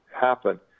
happen